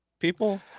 people